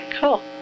Cool